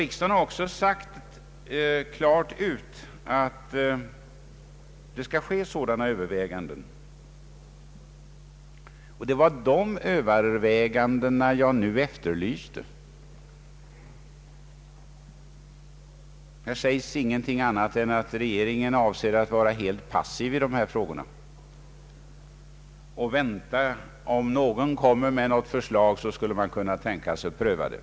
Riksdagen har också klart utsagt att det skall ske sådana överväganden, och det är dessa jag har efterlyst. I statsrådets svar sägs ingenting annat än att regeringen avser att vara helt passiv i dessa frågor; om någon framlägger ett förslag skulle man kunna tänka sig att pröva det.